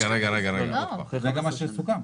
זה גם מה שסוכם.